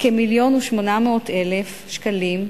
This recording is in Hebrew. כ-1.8 מיליון שקלים,